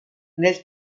nel